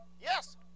yes